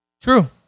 True